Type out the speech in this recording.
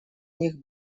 них